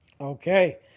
okay